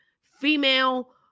female